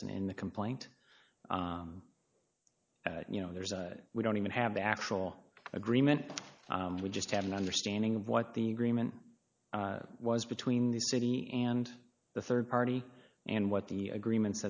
isn't in the complaint you know there's we don't even have the actual agreement we just have an understanding of what the agreement was between the city and the rd party and what the agreement